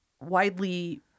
widely